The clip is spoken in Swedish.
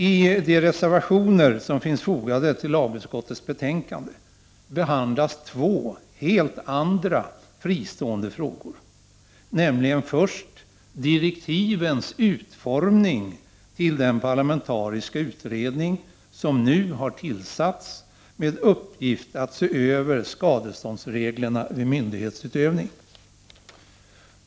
I de reservationer som finns fogade till lagutskottets betänkande behandlas två helt andra, fristående frågor. Den ena rör utformningen av direktiven till den parlamentariska utredning som nu har tillsatts med uppgift att se över skadeståndsreglerna vid myndighetsutövning.